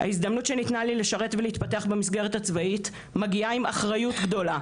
ההזדמנות שניתנה לי לשרת ולהתפתח במסגרת הצבאית מגיעה עם אחריות גדולה,